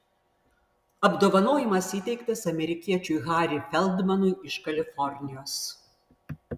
apdovanojimas įteiktas amerikiečiui harry feldmanui iš kalifornijos